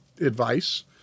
advice